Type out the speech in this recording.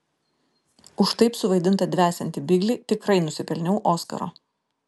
už taip suvaidintą dvesiantį biglį tikrai nusipelniau oskaro